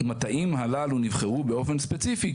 שהמטעים הללו נבחרו באופן ספציפי,